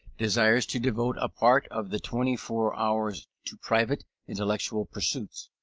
desires to devote a part of the twenty-four hours to private intellectual pursuits.